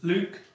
Luke